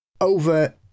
over